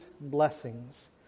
blessings